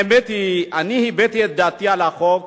האמת היא שאני הבעתי את דעתי על החוק